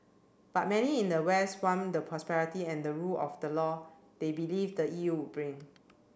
but many in the west want the prosperity and the rule of the law they believe the E U would bring